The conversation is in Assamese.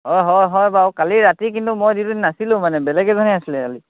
হয় হয় হয় বাৰু কালি ৰাতি কিন্তু মই ডিউটিত নাছিলোঁ মানে বেলেগ এজনে আছিলে কালি